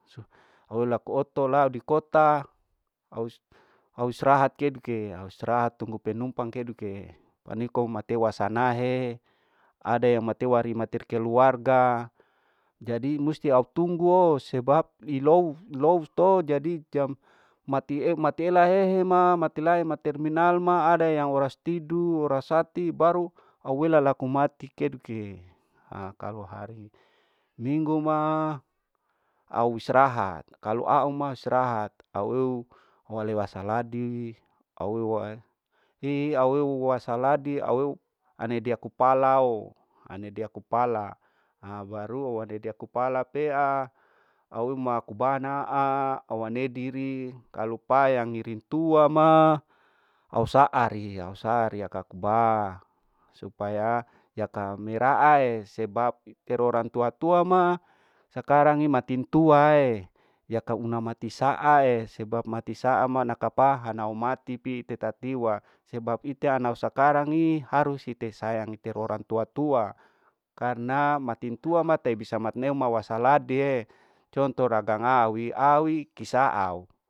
Au laku oto lau dikota aus au strahate au kedike au strahat tunggu penumpang keduke paniko mateu wasanahe ada yang mate matir keluarga jadi musti au tungguo, sebab iou lou to jadi jmm mati eu matila hehe ma mati lae ma terminal ma ada yang oras tidu oras sati baru au wela laku mati keduke. akalu hari mimggu ma au strahat kalu au ma strahat au eu auwale wasaladi au eu wa hi au eu wasaladi au aneidia kupalao, aneidia kupala ha aneidia kupala pea au eu makubanaa au anedi rii kalu pa yang nirintua ma au saari, au saari aku ba supaya yaka meraa ee sebab fikir orang tua tua ma sakangi matin tua ee, yaka una mati saa esebab mati saa nakapaha nau mati itetatiwa sebab itei ana sakarangi harus hite sayang iter orang tua tua, karna matintua ma tai bisa matneo mawasaladiee conto ragang aui, aui kisa au.